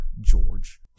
George